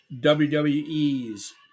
WWE's